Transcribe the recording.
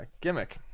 Gimmick